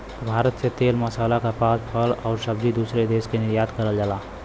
भारत से तेल मसाला कपास फल आउर सब्जी दूसरे देश के निर्यात करल जाला